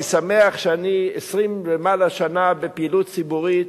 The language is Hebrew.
אני שמח שאני 20 שנה ומעלה בפעילות ציבורית.